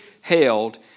held